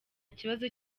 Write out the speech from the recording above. kibazo